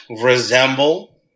resemble